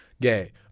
Gay